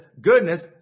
goodness